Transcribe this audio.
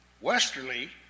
Westerly